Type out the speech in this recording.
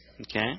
Okay